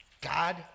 God